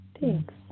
thanks